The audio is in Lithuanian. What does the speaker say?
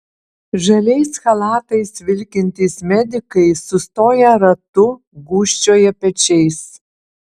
žaliais chalatais vilkintys medikai sustoję ratu gūžčioja pečiais